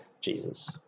Jesus